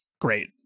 great